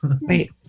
Wait